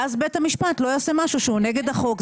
אז בית המשפט לא יעשה משהו שהוא נגד החוק.